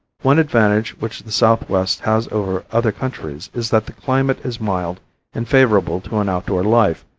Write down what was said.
one advantage which the southwest has over other countries is that the climate is mild and favorable to an outdoor life,